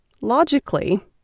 logically